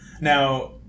now